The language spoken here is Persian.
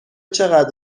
چقدر